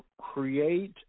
create